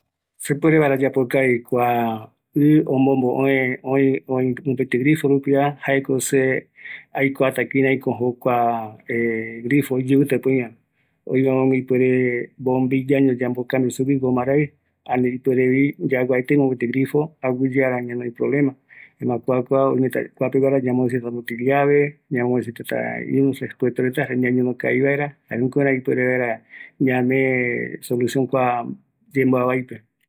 Mopëtï grifo ayapokavivaera, jaeko aikuata tenonde nbaeko ikaviava, ayapokavi vaera, ani aipoepieteitava, jare anoïta tembiporu reta, yavaimbae vaera aipea, ni aeki ayapokavi vaera